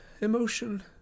emotion